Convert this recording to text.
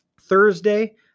Thursday